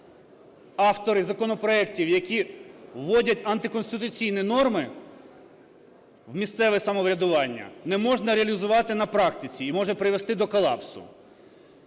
автори законопроектів, які вводять антиконституційні норми в місцеве самоврядування, не можна реалізувати на практиці і може привести до колапсу.